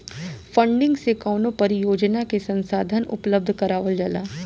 funding से कवनो परियोजना के संसाधन उपलब्ध करावल जाला